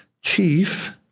chief